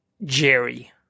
Jerry